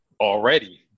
already